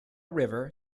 river